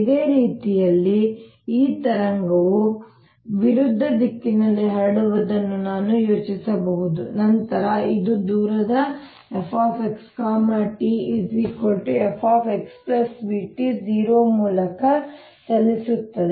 ಇದೇ ರೀತಿಯಲ್ಲಿ ಈ ತರಂಗವು ವಿರುದ್ಧ ದಿಕ್ಕಿನಲ್ಲಿ ಹರಡುವುದನ್ನು ನಾನು ಯೋಚಿಸಬಹುದು ನಂತರ ಇದು ದೂರದ fx t f x vt 0 ಮೂಲಕ ಚಲಿಸುತ್ತದೆ